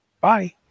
bye